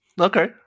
Okay